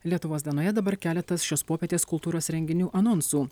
lietuvos dienoje dabar keletas šios popietės kultūros renginių anonsų